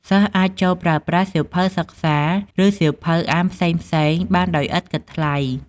សិស្សអាចចូលប្រើប្រាស់សៀវភៅសិក្សា ឬសៀវភៅអានផ្សេងៗបានដោយឥតគិតថ្លៃ។